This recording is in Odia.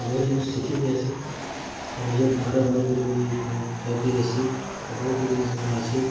ଆଉ ବହୁତ୍ ଜିନିଷ୍ ଶିଖିବି ହେସି ଆଉ ନିଜେ ଘରେ ବନେଇ କିରି ବି ଖାଇ ଖାଇ ପିଇ ହେସି ଆଉ ବହୁତ୍ ଜିନିଷ୍ ସେନ୍ତା ଅଛି